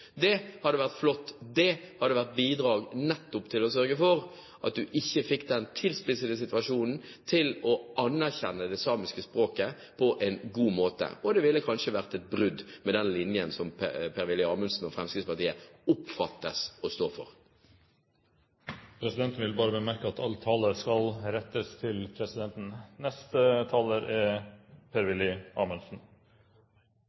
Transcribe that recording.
Det hadde vært flott. Det hadde vært bidrag nettopp til å sørge for at du ikke fikk den tilspissede situasjonen, til å anerkjenne det samiske språket på en god måte, og det ville kanskje vært et brudd med den linjen som Per-Willy Amundsen og Fremskrittspartiet oppfattes å stå for. Presidenten vil bare bemerke at all tale skal rettes til presidenten.